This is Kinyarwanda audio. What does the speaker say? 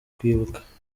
kwibuka